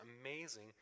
amazing